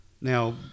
Now